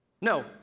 No